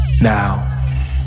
Now